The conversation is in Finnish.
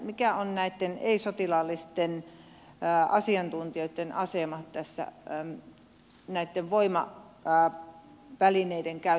mikä on näitten ei sotilaallisten asiantuntijoitten asema näitten voimavälineiden käytössä tulevaisuudessa